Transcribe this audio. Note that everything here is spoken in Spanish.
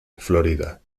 florida